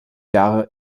jahre